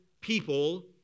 people